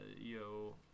yo